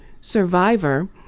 survivor